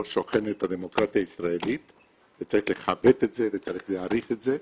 שוכנת הדמוקרטיה הישראלית וצריך לכבד את זה וצריך להעריך את זה.